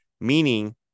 meaning